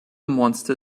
monster